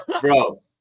Bro